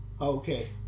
Okay